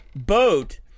Boat